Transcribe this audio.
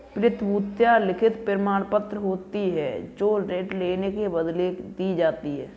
प्रतिभूतियां लिखित प्रमाणपत्र होती हैं जो ऋण लेने के बदले दी जाती है